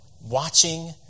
watching